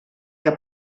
que